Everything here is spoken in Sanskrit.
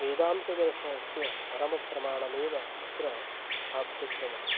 वेदान्तदर्शनस्य परमप्रमाणमेव अत्र शाब्दप्रमाणम्